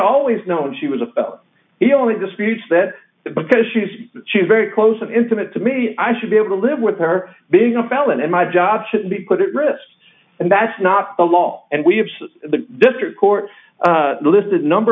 always known she was a he only disputes that because she's she's very close and intimate to me i should be able to live with her being a felon and my job should be put at risk and that's not the law and we have the district court listed a number